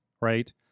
right